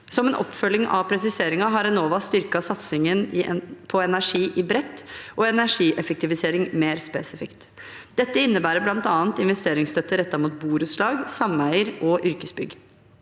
Som en oppfølging av presiseringen har Enova styrket satsingen på energi i bredt og energieffektivisering mer spesifikt. Dette innebærer bl.a. investeringsstøtte rettet mot borettslag, sameier og yrkesbygg.